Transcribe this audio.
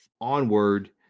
onward